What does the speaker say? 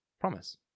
promise